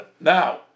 Now